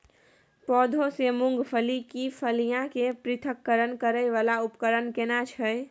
पौधों से मूंगफली की फलियां के पृथक्करण करय वाला उपकरण केना छै?